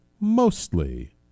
mostly